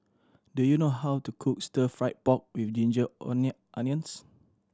do you know how to cook stir fried pork with ginger onions